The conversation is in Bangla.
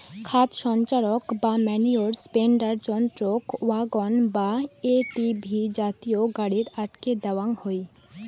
খাদ সঞ্চারক বা ম্যনিওর স্প্রেডার যন্ত্রক ওয়াগন বা এ.টি.ভি জাতীয় গাড়িত আটকে দ্যাওয়াং হই